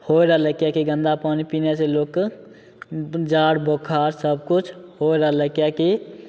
होइ रहलै किएकि गन्दा पानी पिनेसे लोकके जाड़ बोखार सबकिछु होइ रहलै किएकि